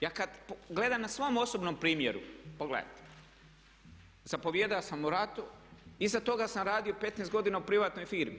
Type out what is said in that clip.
Ja kad gledam na svom osobnom primjeru, pogledajte, zapovijedao sam u ratu, iza toga sam radio 15 godina u privatnoj firmi.